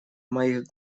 моих